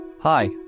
Hi